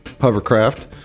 hovercraft